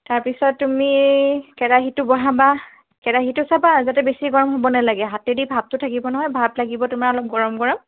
তাৰপিছত তুমি কেৰাহীটো বহাবা কেৰাহীটো চাবা যাতে বেছি গৰম হ'ব নেলাগে হাতেদি ভাপটো থাকিব নহয় ভাপ লাগিব তোমাৰ অলপ গৰম গৰম